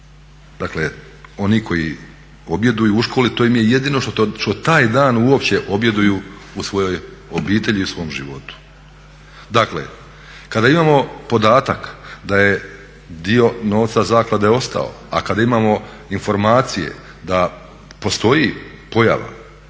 Dakle, oni koji objeduju u školi to im je jedino što taj dan uopće objeduju u svojoj obitelji i u svom životu. Dakle, kada imamo podatak da je dio novca zaklade ostao, a kada imamo informacije da postoji pojava